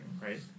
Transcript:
right